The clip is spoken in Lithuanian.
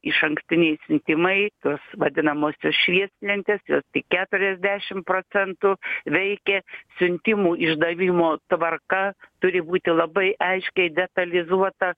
išankstiniai siuntimai tos vadinamosios švieslentės tik keturiasdešim procentų veikia siuntimų išdavimo tvarka turi būti labai aiškiai detalizuota